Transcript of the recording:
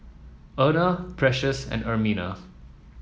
Erna Precious and Ermina